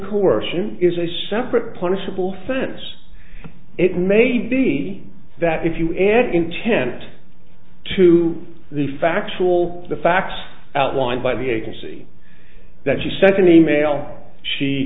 coercion is a separate punishable offense it may be that if you add intent to the factual the facts outlined by the agency that she sent an email she